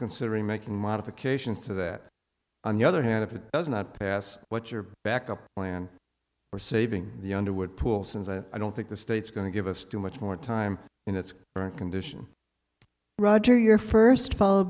considering making modifications to that on the other hand if it does not pass what's your backup plan for saving the underwood pool since i don't think the state's going to give us too much more time in its current condition roger your first